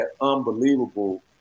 unbelievable